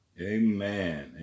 Amen